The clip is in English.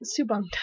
Subang